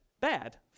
bad